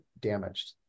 damaged